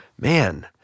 Man